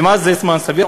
ומה זה זמן סביר?